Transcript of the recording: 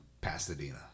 Pasadena